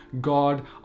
God